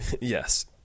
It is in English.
Yes